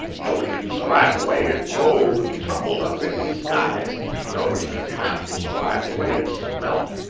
nobody can describe the way it rolled and tumbled up into the skies, and nobody can half describe the way it smelt.